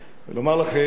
ולומר לכם,